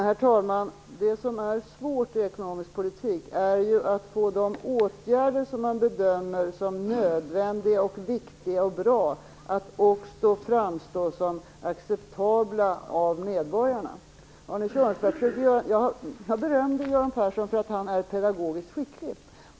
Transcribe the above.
Herr talman! Det som är svårt i ekonomisk politik är att få de åtgärder som man bedömer som nödvändiga, viktiga och bra att också framstå som acceptabla för medborgarna. Jag berömde Göran Persson för att han är pedagogiskt skicklig.